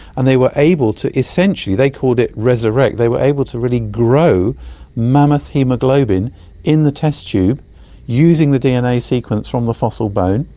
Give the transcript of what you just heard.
and they were able to essentially. they called it resurrect, they were able to really grow mammoth haemoglobin in the test tube using the dna sequence from the fossil bone.